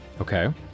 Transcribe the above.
Okay